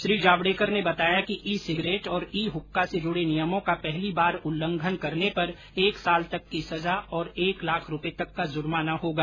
श्री जावडेकर ने बताया कि ई सिगरेट और ई हक्का से जुडे नियमों का पहली बार उल्लंघन करने पर एक साल तक की सजा और एक लाख रूपये तक का जुर्माना होगा